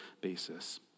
basis